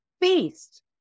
beast